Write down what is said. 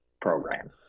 program